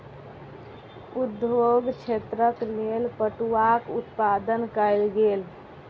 उद्योग क्षेत्रक लेल पटुआक उत्पादन कयल गेल